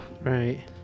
Right